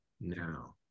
now